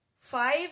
five